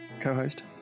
co-host